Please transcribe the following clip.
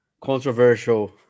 controversial